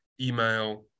email